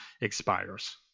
expires